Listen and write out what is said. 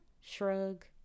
shrug